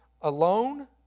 alone